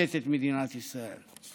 מושתתת מדינת ישראל.